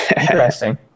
Interesting